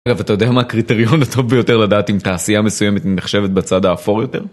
אגב, אתה יודע מה הקריטריון הטוב ביותר לדעת אם תעשייה מסוימת נחשבת בצד האפור יותר?